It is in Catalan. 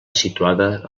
situada